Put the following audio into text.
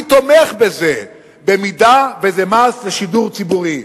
אני תומך בזה במידה שזה מס לשידור ציבורי.